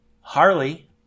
Harley